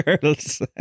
girls